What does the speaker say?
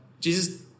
Jesus